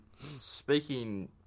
speaking